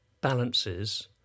balances